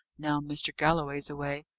now mr. galloway's away.